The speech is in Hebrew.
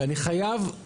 ואני חייב,